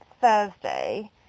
Thursday